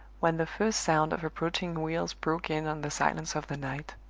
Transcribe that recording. when the first sound of approaching wheels broke in on the silence of the night.